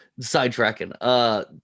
Sidetracking